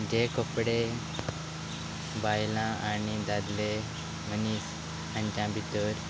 जे कपडे बायलां आनी दादले मनीस हांच्या भितर